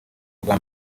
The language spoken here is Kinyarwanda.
urwa